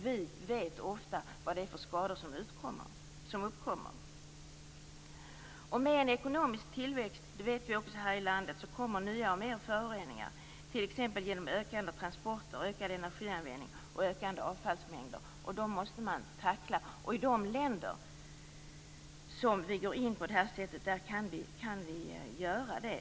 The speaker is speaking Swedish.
Vi vet ofta vad det är för skador som uppkommer. Med en ekonomisk tillväxt - det vet vi också här i landet - kommer också nya och fler föroreningar, t.ex. genom ökade transporter, ökad energianvändning och ökande avfallsmängder. Dem måste man tackla. I de länder där vi går in på det här sättet kan vi också göra det.